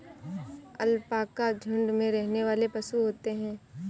alpaca झुण्ड में रहने वाले पशु होते है